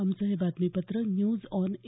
आमचं हे बातमीपत्र न्यूज ऑन ए